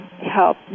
help